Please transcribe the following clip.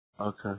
Okay